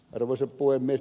arvoisa puhemies